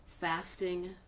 Fasting